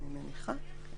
אני מניחה.